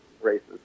races